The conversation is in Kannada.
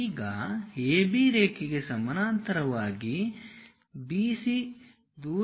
ಈಗ AB ರೇಖೆಗೆ ಸಮಾನಾಂತರವಾಗಿ BC